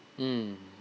mm